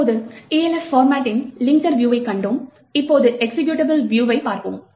இப்போது Elf பார்மட்டின் linker வியூவைக் கண்டோம் இப்போது எக்சிகியூட்டபிள் வியூவைப் பார்ப்போம்